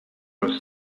was